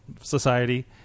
Society